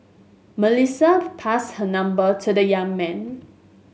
Melissa passed her number to the young man